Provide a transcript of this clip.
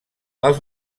els